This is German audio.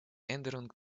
änderung